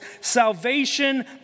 salvation